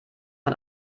von